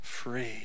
free